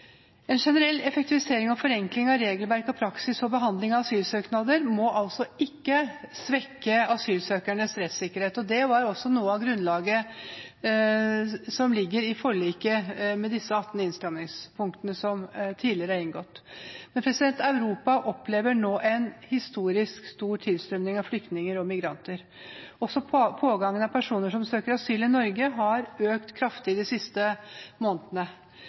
En generell effektivisering og forenkling av regelverk og praksis for behandling av asylsøknader må ikke svekke asylsøkernes rettssikkerhet. Det var også noe av det grunnlaget som ligger i forliket, med disse 18 innstrammingspunktene som det er inngått avtale om. Europa opplever nå en historisk stor tilstrømming av flyktninger og migranter. Også pågangen av personer som søker asyl i Norge, har økt kraftig de siste månedene.